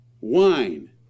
Wine